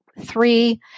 three